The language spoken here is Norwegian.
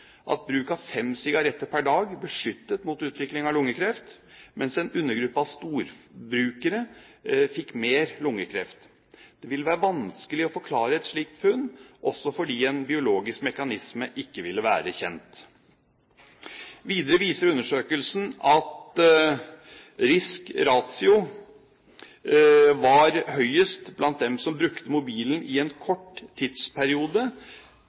at bruk av fem sigaretter per dag beskyttet mot utvikling av lungekreft, mens en undergruppe av storbrukere fikk mer lungekreft. Det ville være vanskelig å forklare et slikt funn, også fordi en biologisk mekanisme ikke ville være kjent. Videre viser undersøkelsen at risk ratio var høyest blant dem som brukte mobilen i en kort tidsperiode,